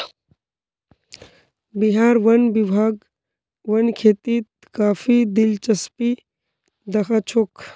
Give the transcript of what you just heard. बिहार वन विभाग वन खेतीत काफी दिलचस्पी दखा छोक